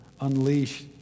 unleash